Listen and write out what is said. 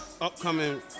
upcoming